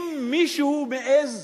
אם מישהו מעז